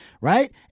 right